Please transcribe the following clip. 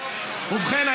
ובכן,